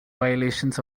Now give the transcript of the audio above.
violations